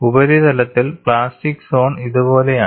ഉപരിതലത്തിൽ plastic zone ഇതുപോലെയാണ്